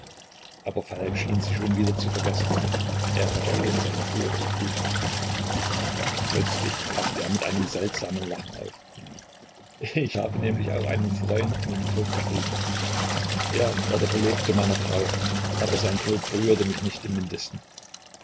aber falk schien sie schon wieder zu vergessen er verfiel in sein früheres brüten plötzlich lachte er mit einem seltsamen lachen auf ich habe nämlich auch einen freund in den tod getrieben er war der verlobte meiner frau aber sein tod berührt mich nicht im mindesten